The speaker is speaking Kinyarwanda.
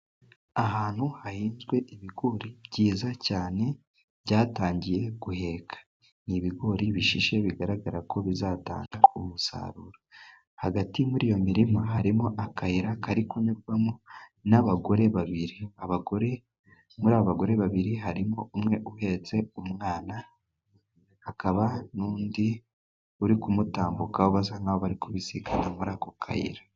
Ahantu hahinzwe ibigori byiza cyane byatangiye guheka. Ni ibigori bishishe bigaragara ko bizatanga umusaruro, hagati muri iyo mirima harimo akayira kari kunyurwamo n'abagore babiri, muri abo bagore babiri harimo umwe uhetse umwana, hakaba n'undi uri kumutambukaho basa nkaho bari kubisikana muri ako kayira.